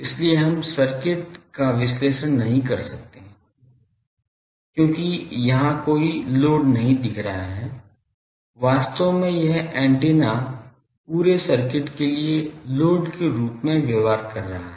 इसलिए हम सर्किट का विश्लेषण नहीं कर सकते हैं क्योंकि यहां कोई लोड नहीं दिख रहा है वास्तव में यह एंटीना पूरे सर्किट के लिए लोड के रूप में व्यवहार कर रहा है